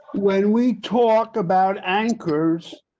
when we talk about anchors.